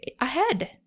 ahead